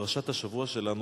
פרשת השבוע שלנו,